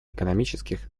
экономических